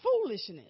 foolishness